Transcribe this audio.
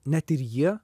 net ir jie